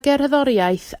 gerddoriaeth